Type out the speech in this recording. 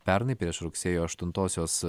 pernai prieš rugsėjo aštuntosios